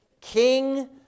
King